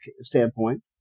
standpoint